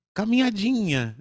caminhadinha